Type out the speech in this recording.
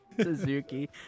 Suzuki